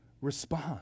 respond